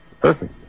Perfect